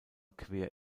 quer